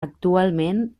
actualment